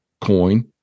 coin